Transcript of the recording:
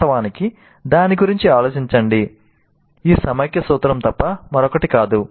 వాస్తవానికి "దాని గురించి ఆలోచించండి" ఈ సమైక్య సూత్రం తప్ప మరొకటి కాదు